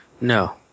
No